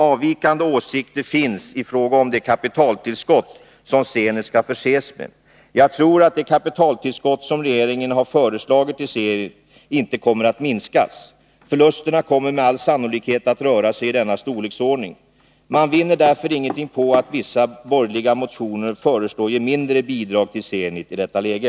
Avvikande åsikter finns i fråga om det kapitaltillskott som Zenit skall förses med. Jag tror att det kapitaltillskott som regeringen har föreslagit att Zenit skall få inte kommer att kunna minskas. Förlusterna kommer med all sannolikhet att röra sig i denna storleksordning. Man vinner därför inget på att, som vissa borgerliga motioner föreslår, ge mindre bidrag till Zenit i detta läge.